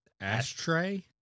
Ashtray